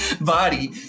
body